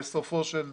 בסופו של דבר,